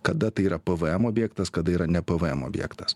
kada tai yra pvm objektas kada yra ne pvm objektas